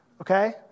okay